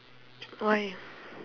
why